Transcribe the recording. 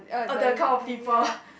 uh the kind of people